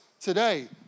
today